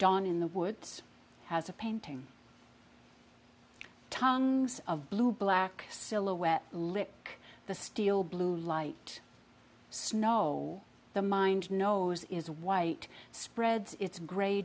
dawn in the woods has a painting tongues of blue black silhouette lick the steel blue light snow the mind knows is white spreads its gr